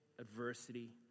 adversity